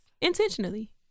Intentionally